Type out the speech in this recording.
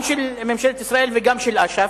גם של ממשלת ישראל וגם של אש"ף.